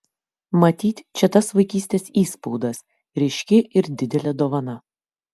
matyt čia tas vaikystės įspaudas ryški ir didelė dovana